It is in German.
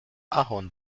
ahorn